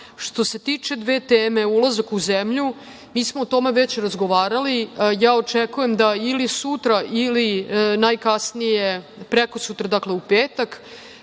se tiče dve teme - ulazak u zemlju. Mi smo o tome već razgovarali. Ja očekujem da ili sutra ili najkasnije prekosutra, dakle u petak,